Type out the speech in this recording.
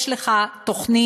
יש לך תוכנית,